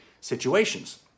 situations